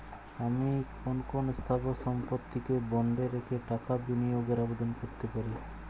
আমি কোন কোন স্থাবর সম্পত্তিকে বন্ডে রেখে টাকা বিনিয়োগের আবেদন করতে পারি?